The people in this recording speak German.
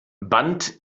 band